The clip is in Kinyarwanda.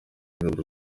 ingabo